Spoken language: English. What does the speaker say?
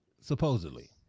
Supposedly